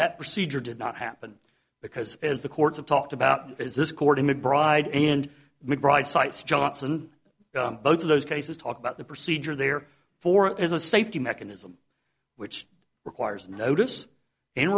that procedure did not happen because as the courts have talked about is this court in a bride and mcbride cites johnson both of those cases talk about the procedure there for is a safety mechanism which requires notice